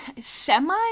semi